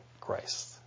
Christ